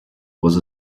was